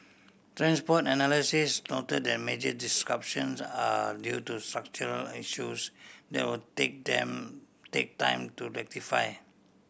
transport analysts noted that major disruptions are due to structural issues that will take time take time to rectify